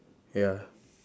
ya